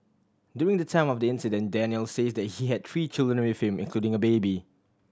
during the time of the incident Daniel says that he had three children with him including a baby